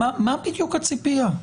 מה בדיוק הציפייה?